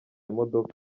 imodoka